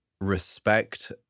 respect